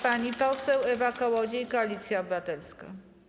Pani poseł Ewa Kołodziej, Koalicja Obywatelska.